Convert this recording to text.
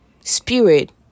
spirit